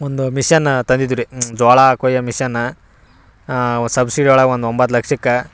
ಒಂದು ಮಿಷನ ತಂದಿದ್ವಿ ರೀ ಜೋಳ ಕೊಯ್ಯೋ ಮಿಷನ ಸಬ್ಸಿಡಿ ಒಳಗೆ ಒಂದು ಒಂಬತ್ತು ಲಕ್ಷಕ್ಕೆ